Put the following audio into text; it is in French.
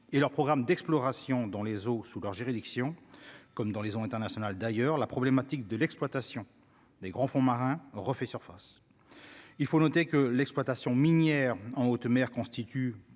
et leurs programmes d'exploration dans les eaux sous leur juridiction comme dans les eaux internationales, d'ailleurs, la problématique de l'exploitation des grands fonds marins refait surface, il faut noter que l'exploitation minière en haute mer constitue